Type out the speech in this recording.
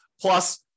Plus